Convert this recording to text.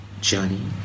journey